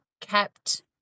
kept